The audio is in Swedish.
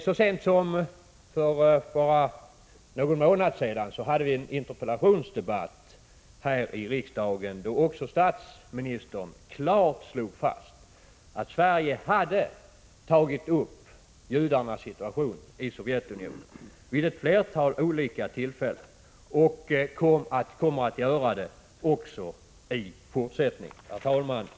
Så sent som för bara någon månad sedan hade vi en interpellationsdebatt här i riksdagen då också statsministern klart slog fast att Sverige vid ett flertal olika tillfällen tagit upp frågan om judarnas situation i Sovjetunionen och att så kommer att ske också i fortsättningen. Prot. 1985/86:140 Herr talman!